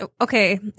okay